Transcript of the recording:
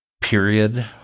period